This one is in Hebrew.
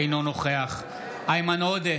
אינו נוכח איימן עודה,